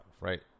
right